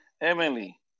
Emily